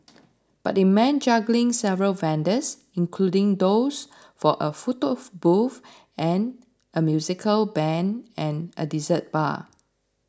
but it meant juggling several vendors including those for a photo booth a musical band and a dessert bar